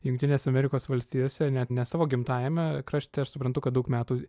jungtinėse amerikos valstijose net ne savo gimtajame krašte aš suprantu kad daug metų